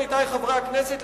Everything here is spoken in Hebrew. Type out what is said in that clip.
עמיתי חברי הכנסת,